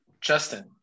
Justin